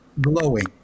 glowing